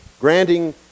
granting